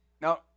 Now